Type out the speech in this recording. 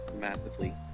massively